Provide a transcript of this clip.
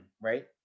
right